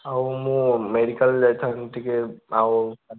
ଆଉ ମୁଁ ମେଡ଼ିକାଲ୍ ଯାଇଥାଆନ୍ତି ଟିକେ ଆଉ